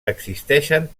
existeixen